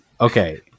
Okay